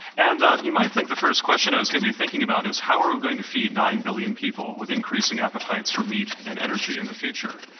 and you might think the first question i was going to be thinking about is how are we going to feed nine billion people with increasing appetites for meat and energy in the future?